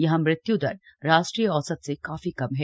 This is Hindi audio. यहां मृत्य् दर राष्ट्रीय औसत से काफी कम है